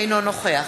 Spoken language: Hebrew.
אינו נוכח